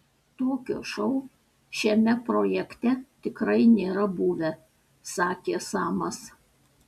tokio šou šiame projekte tikrai nėra buvę sakė samas